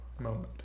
moment